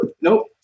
Nope